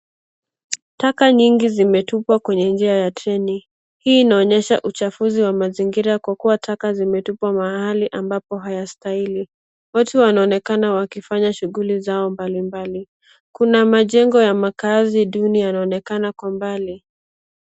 Taka nyingi zimetupwa kwenye njia treni, hii inaonyesha uchafuzi wa mazingira kwa kuwa taka zimetupwa kila mahali ambapo hayastahili. Watu wanaonekana wakifanya shughuli zao mbalimbali, kuna majengo ya makazi duni yanaonekana kwa mbali.